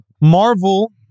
Marvel